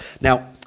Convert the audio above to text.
Now